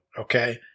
okay